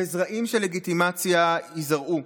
וזרעים של לגיטימציה ייזרעו.